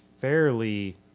fairly